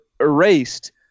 erased